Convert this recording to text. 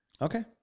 Okay